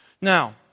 Now